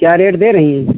क्या रेट दे रही हैं